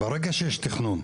ברגע שיש תכנון,